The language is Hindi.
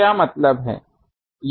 क्या मतलब है